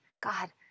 God